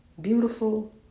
beautiful